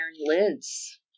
lids